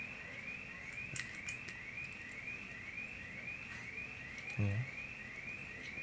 mm